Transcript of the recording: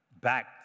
back